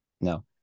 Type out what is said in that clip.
No